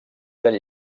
del